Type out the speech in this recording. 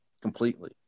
Completely